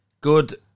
Good